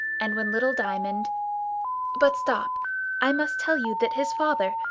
and when little diamond but stop i must tell you that his father,